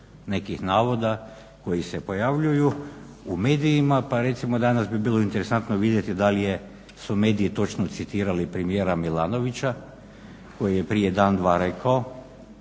nekih navoda koji se pojavljuju u medijima. Pa recimo danas bi bilo interesantno vidjeti da li su mediji točno citirali premijera Milanovića koji je prije dan, dva rekao